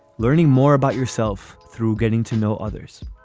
learning more about yourself through getting to know others